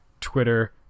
twitter